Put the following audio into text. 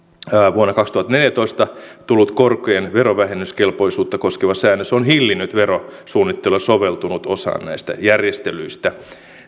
vuonna kaksituhattaneljätoista tullut korkojen verovähennyskelpoisuutta koskeva säännös on hillinnyt verosuunnittelua ja soveltunut osaan näistä järjestelyistä